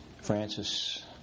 Francis